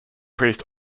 priest